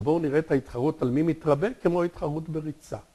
בואו נראה את ההתחרות על מי מתרבה כמו ההתחרות ברצה.